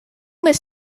this